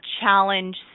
challenge